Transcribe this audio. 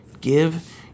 give